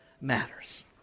matters